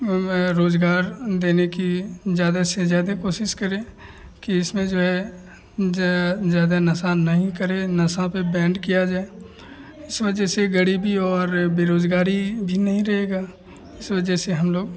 हमें रोज़गार देने की ज़्यादा से ज़्यादा कोशिश करे कि इसमें जो है ज़्यादा नशा नहीं करें नशा पर बैन्ड किया जाए इस वजह से गरीबी और बेरोज़गारी भी नहीं रहेगी इस वजह से हम लोग